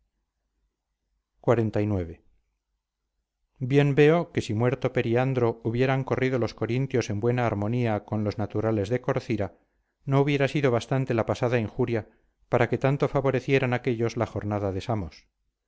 sin castrar xlix bien veo que si muerto periandro hubieran corrido los corintios en buena armonía con los naturales de corcira no hubiera sido bastante la pasada injuria para que tanto favorecieran aquellos la jornada de samos